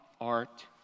art